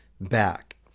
back